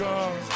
God